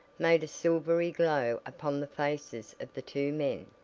made a silvery glow upon the faces of the two men,